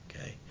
okay